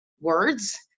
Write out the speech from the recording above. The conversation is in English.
words